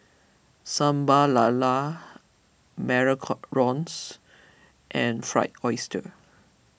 Sambal Lala Macarons and Fried Oyster